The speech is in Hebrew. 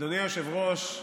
אדוני היושב-ראש,